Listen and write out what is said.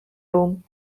room